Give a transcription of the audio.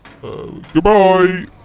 Goodbye